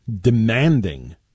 demanding